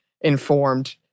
informed